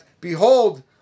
behold